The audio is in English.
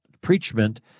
preachment